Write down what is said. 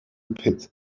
pit